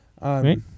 right